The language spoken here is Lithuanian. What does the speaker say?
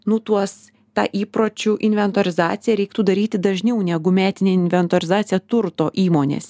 nu tuos tą įpročių inventorizaciją reiktų daryti dažniau negu metinę inventorizaciją turto įmonės